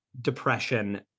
depression